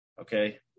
Okay